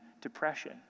depression